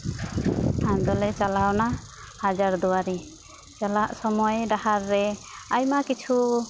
ᱟᱫᱚᱞᱮ ᱪᱟᱞᱟᱣ ᱱᱟ ᱦᱟᱡᱟᱨ ᱫᱩᱣᱟᱨᱤ ᱪᱟᱞᱟᱜ ᱥᱚᱢᱚᱭ ᱰᱟᱦᱟᱨ ᱨᱮ ᱟᱭᱢᱟ ᱠᱤᱪᱷᱩ